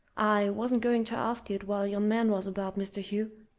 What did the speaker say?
i wasn't going to ask it while yon man was about, mr. hugh,